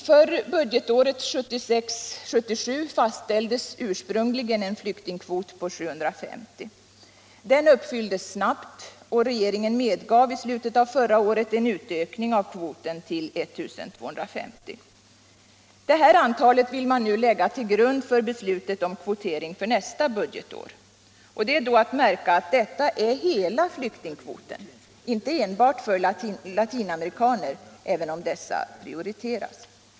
För budgetåret 1976/77 fastställdes ursprungligen en flyktingkvot på 750. Den uppfylldes snabbt, och regeringen medgav i slutet av förra året en utökning av kvoten till 1250. Detta antal vill man nu lägga till grund för beslutet om kvotering för nästa budgetår. Det är då att märka att detta är hela flyktingkvoten, inte enbart kvoten för latinamerikaner, även om dessa prioriteras.